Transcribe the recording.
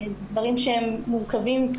אלה דברים שהם מורכבים.